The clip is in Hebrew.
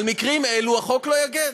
החוק לא יגן